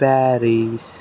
Paris